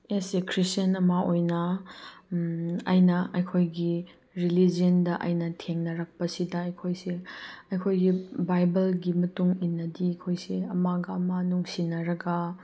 S a Christian ꯑꯃ ꯑꯣꯏꯅ ꯑꯩꯅ ꯑꯩꯈꯣꯏꯒꯤ ꯔꯤꯂꯤꯖꯟꯗ ꯑꯩꯅ ꯊꯦꯡꯅꯔꯛꯄꯁꯤꯗ ꯑꯩꯈꯣꯏꯁꯦ ꯑꯩꯈꯣꯏꯒꯤ ꯕꯥꯏꯕꯜꯒꯤ ꯃꯇꯨꯡ ꯏꯟꯅꯗꯤ ꯑꯩꯈꯣꯏꯁꯦ ꯑꯃꯒ ꯑꯃꯒ ꯅꯨꯡꯁꯤꯅꯔꯒ